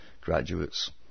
graduates